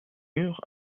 mur